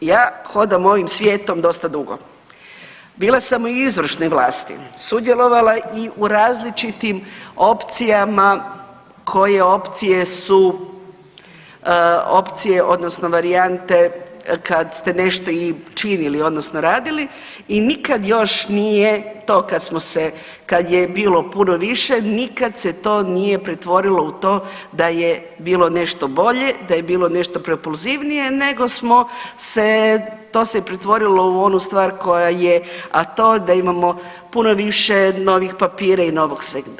Ja hodam ovim svijetom dosta dugo, bila sam u izvršnoj vlasti, sudjelovala i u različitim opcijama koje opcije su opcije odnosno varijante kad ste nešto i činili odnosno radili i nikad još nije to kad smo se, kad je bilo puno više nikad se to nije pretvorilo u to da je bilo nešto bolje, da je bilo nešto propulzivnije nego smo se, to se je pretvorilo u onu stvar koja je, a to je da imamo puno više novih papira i novog svega.